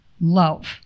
love